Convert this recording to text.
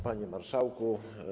Panie Marszałku!